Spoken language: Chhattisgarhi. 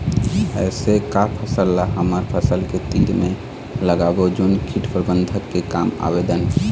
ऐसे का फसल ला हमर फसल के तीर मे लगाबो जोन कीट प्रबंधन के काम आवेदन?